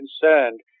concerned